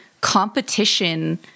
competition